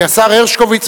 כי השר הרשקוביץ,